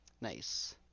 Nice